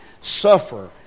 suffer